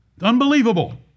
Unbelievable